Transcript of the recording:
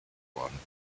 worden